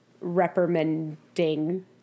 reprimanding